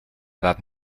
edat